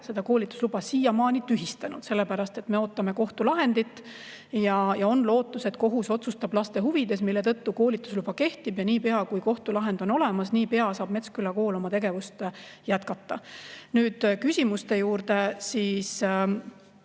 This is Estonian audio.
seda koolitusluba siiamaani tühistanud, sellepärast et me ootame kohtulahendit ja on lootus, et kohus otsustab laste huvides, seetõttu koolitusluba kehtib ja niipea, kui kohtulahend on olemas, saab Metsküla kool oma tegevust jätkata. Nüüd küsimuste juurde.